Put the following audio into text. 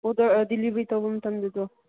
order delivery ꯇꯧꯕ ꯃꯇꯝꯗꯨꯗ